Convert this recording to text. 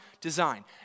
design